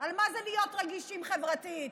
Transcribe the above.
על מה זה להיות רגישים חברתית.